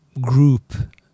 group